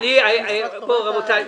לעבוד.